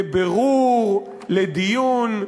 לבירור, לדיון.